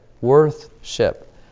Worship